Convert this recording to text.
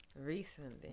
recently